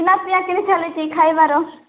ଖିଆପିଆ କେମିତି ଚାଲୁଛି ଖାଇବାର